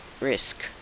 risk